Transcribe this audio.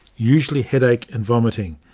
usually headache and vomiting.